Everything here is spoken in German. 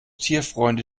tierfreunde